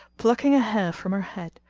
plucking a hair from her head,